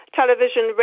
television